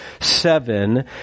seven